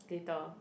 later